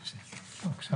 חבר הכנסת קרעי, בבקשה.